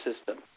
system